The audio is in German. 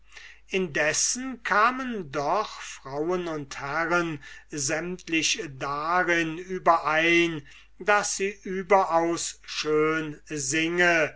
indessen kamen doch frauen und herren sämtlich darin überein daß sie überaus schön singe